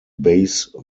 base